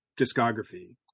discography